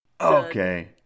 Okay